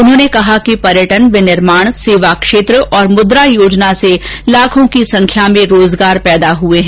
उन्होंने कहा कि पर्यटन विनिर्माण सेवा क्षेत्र और मुद्रा योजना से लाखों की संख्या में रोजगार पैदा हृए हैं